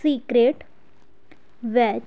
secret veg